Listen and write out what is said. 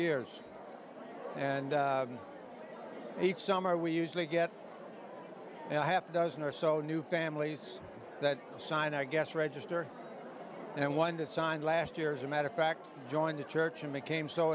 years and each summer we usually get a half dozen or so new families that sign i guess register and one that signed last year as a matter of fact joined a church and became so